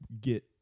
get